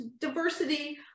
diversity